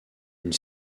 une